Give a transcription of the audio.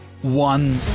one